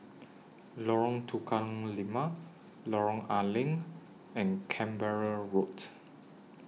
Lorong Tukang Lima Lorong A Leng and Canberra Road